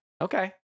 okay